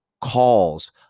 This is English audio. calls